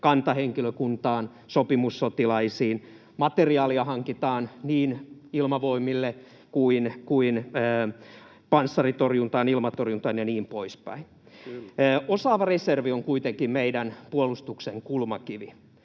kantahenkilökuntaan, sopimussotilaisiin. Materiaalia hankitaan niin ilmavoimille kuin panssaritorjuntaan, ilmatorjuntaan ja niin poispäin. Osaava reservi on kuitenkin meidän puolustuksen kulmakivi.